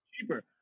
cheaper